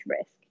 risk